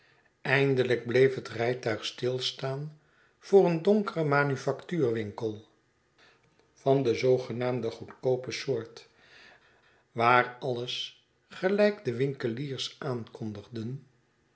eindelijk bleef het rijtuig stilstaan voor een donkeren manufactuurwinkel van de zoogenaamde goedkoope soort waar alles gelijk de winkeliers aankondigden